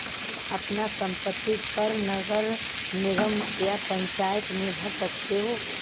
तुम अपना संपत्ति कर नगर निगम या पंचायत में भर सकते हो